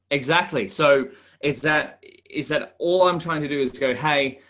exactly. so is that is that all i'm trying to do is to go hey,